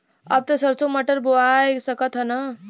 अब त सरसो मटर बोआय सकत ह न?